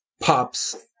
pops